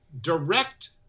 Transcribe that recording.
direct